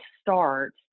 start